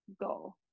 go